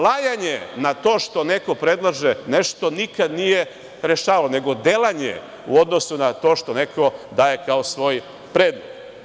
Lajanje“ na to što neko predlaže nešto nikad nije rešavalo, nego delanje u odnosu na to što neko daje kao svoj predlog.